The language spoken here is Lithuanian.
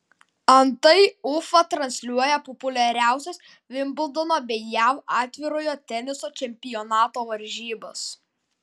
antai ufa transliuoja populiariausias vimbldono bei jav atvirojo teniso čempionato varžybas